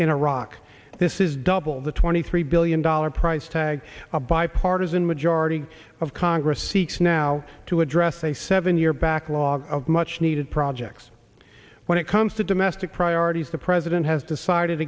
in iraq this is double the twenty three billion dollars price tag a bipartisan majority of congress seeks now to address a seven year backlog of much needed projects when it comes to domestic priorities the president has decided